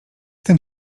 tym